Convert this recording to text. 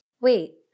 Wait